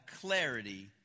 clarity